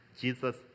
Jesus